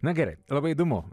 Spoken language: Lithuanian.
na gerai labai įdomu